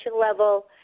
level